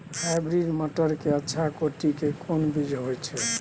Hybrid मटर के अच्छा कोटि के कोन बीज होय छै?